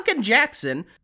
Jackson